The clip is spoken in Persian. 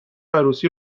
عروسی